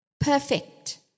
Perfect